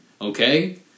Okay